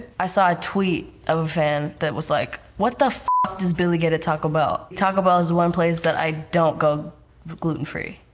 i saw a tweet of a fan that was like, what the does billie get at taco bell? taco bell's one place that i don't go for gluten-free.